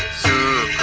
to